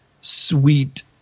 sweet